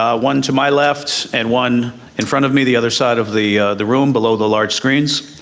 ah one to my left, and one in front of me, the other side of the the room below the large screens.